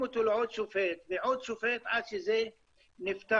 אותו לעוד שופט ועוד שופט עד שזה נפתר.